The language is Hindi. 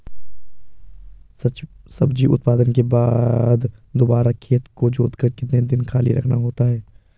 सब्जी उत्पादन के बाद दोबारा खेत को जोतकर कितने दिन खाली रखना होता है?